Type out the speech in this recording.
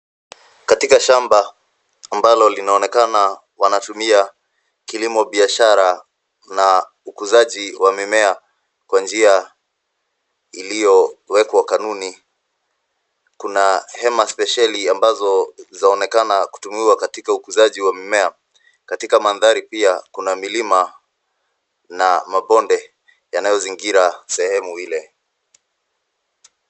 Katika shamba ambalo linaonekana wanatumia kilimo biashara na ukuzaji wa mimea kwa njia iliyowekwa kanuni. Kuna hema spesheli ambazo zaonekana kutumiwa katika ukuzaji wa mimea. Katika mandhari pia kuna milima na mabonde yanayozingira sehemu Ile.